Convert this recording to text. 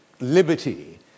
liberty